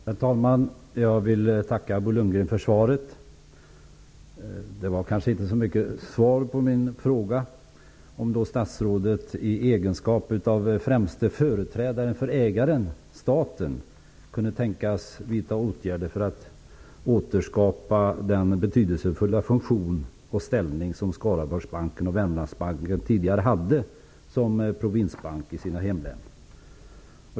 Herr talman! Jag vill tacka Bo Lundgren för svaret. Det var kanske inte så mycket svar på min fråga om huruvida statsrådet i egenskap av den främste företrädaren för ägaren/staten kunde tänkas vidta åtgärder för att återskapa den betydelsefulla funktion och ställning som Skaraborgsbanken och Wermlandsbanken tidigare hade som provinsbanker i respektive hemlän.